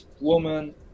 woman